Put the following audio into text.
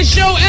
Show